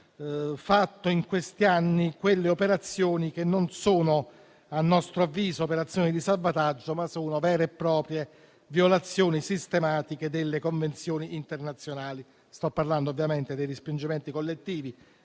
fatto in questi anni - quelle operazioni, che non sono a nostro avviso di salvataggio, ma vere e proprie violazioni sistematiche delle convenzioni internazionali. Sto parlando dei respingimenti collettivi,